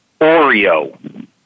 Oreo